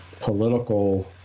political